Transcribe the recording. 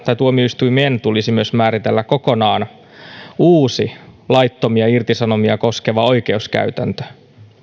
tuomioistuimien tulisi myös määritellä kokonaan uusi laittomia irtisanomisia koskeva oikeuskäytäntö